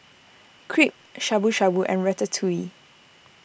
Crepe Shabu Shabu and Ratatouille